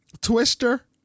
Twister